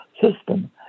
system